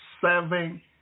seven